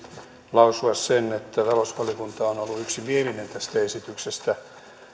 lausua sen että talousvaliokunta on ollut yksimielinen tästä esityksestä